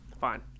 Fine